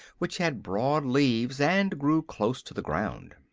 which had broad leaves and grew close to the ground.